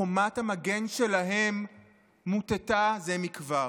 חומת המגן שלהם מוּטטה זה מכבר.